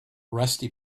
rusty